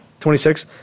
26